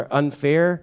unfair